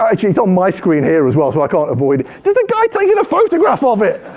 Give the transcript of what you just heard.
actually, it's on my screen here as well, so i can't avoid it. there's a guy taking a photograph of it!